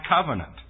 covenant